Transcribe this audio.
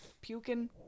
puking